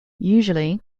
usually